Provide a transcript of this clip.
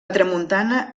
tramuntana